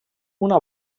una